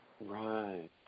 Right